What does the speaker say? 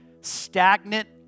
stagnant